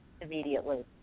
immediately